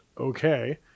okay